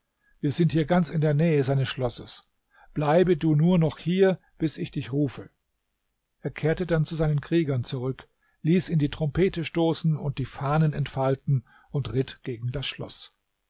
wir sind hier ganz in der nähe seines schlosses bleibe du nur noch hier bis ich dich rufe er kehrte dann zu seinen kriegern zurück ließ in die trompete stoßen und die fahnen entfalten und ritt gegen das schloß